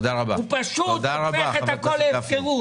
תודה רבה, חבר הכנסת גפני.